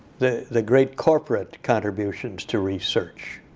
the the great corporate contributions to research.